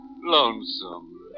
lonesome